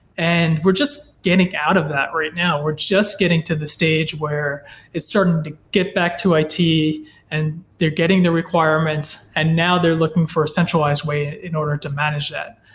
and we're just getting out of that right now. we're just getting to the stage where it's starting to get back to it and they're getting the requirements and now they're looking for a centralized way in order to manage that,